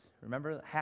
Remember